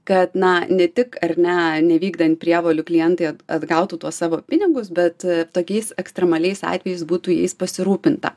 kad na ne tik ar ne nevykdant prievolių klientai atgautų tuos savo pinigus bet tokiais ekstremaliais atvejais būtų jais pasirūpinta